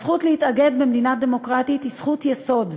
הזכות להתאגד במדינה דמוקרטית היא זכות יסוד,